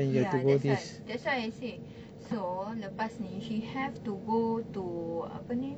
ya that's why that's why I say so lepas ni she have to go to apa ni